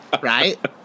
right